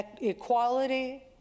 equality